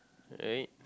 alright